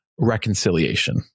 reconciliation